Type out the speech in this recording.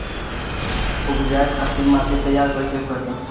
उपजाये खातिर माटी तैयारी कइसे करी?